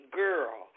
girl